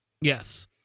Yes